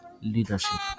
leadership